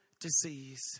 disease